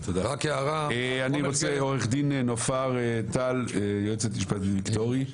אני רוצה, עו"ד נופר טל, יועצת משפטית ויקטורי.